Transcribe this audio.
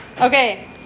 Okay